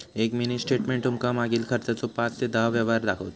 एक mini statement तुमका मागील खर्चाचो पाच ते दहा व्यवहार दाखवता